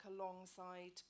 alongside